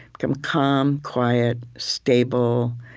become calm, quiet, stable,